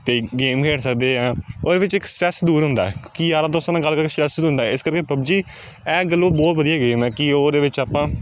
ਅਤੇ ਗੇਮ ਖੇਡ ਸਕਦੇ ਹਾਂ ਉਹਦੇ ਵਿੱਚ ਇੱਕ ਸਟ੍ਰੈੱਸ ਦੂਰ ਹੁੰਦਾ ਹੈ ਕਿ ਯਾਰਾ ਦੋਸਤਾਂ ਨਾਲ ਗੱਲ ਕਰਕੇ ਸਟ੍ਰੈੱਸ ਦੂਰ ਹੁੰਦਾ ਹੈ ਇਸ ਕਰਕੇ ਪੱਬਜੀ ਇਹ ਗੱਲੋਂ ਬਹੁਤ ਵਧੀਆ ਹੈਗੀ ਹੈ ਮ ਕਿ ਉਹਦੇ ਵਿੱਚ ਆਪਾਂ